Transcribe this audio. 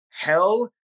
hell